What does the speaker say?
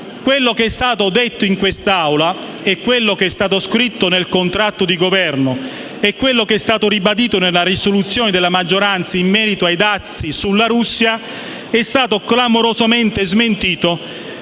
ciò che è stato detto in quest'Aula, quanto è stato scritto nel contratto di Governo e quello che è stato ribadito nella risoluzione di maggioranza in merito ai dazi verso la Russia è stato clamorosamente smentito